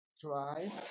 try